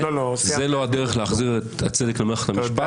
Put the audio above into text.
זאת לא הדרך להחזיר את הצדק למערכת המשפט